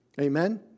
Amen